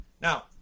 Now